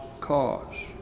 cause